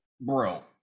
bro